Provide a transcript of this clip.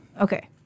Okay